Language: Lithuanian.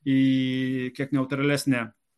į kiek neutralesnę